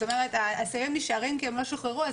זאת אומרת אסירים נשארים כי הם לא שוחררו אז